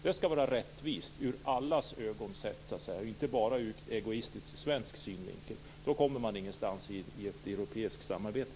Det skall vara rättvist ur allas ögon sett, inte bara ur egoistisk svensk synvinkel - då kommer man ingenstans i ett europeiskt samarbete.